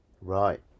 right